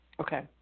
Okay